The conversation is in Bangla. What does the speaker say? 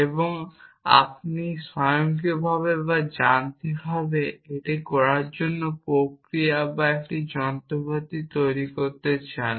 এবং আপনি স্বয়ংক্রিয়ভাবে বা যান্ত্রিকভাবে এটি করার জন্য প্রক্রিয়া বা একটি যন্ত্রপাতি তৈরি করতে চান